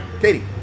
Katie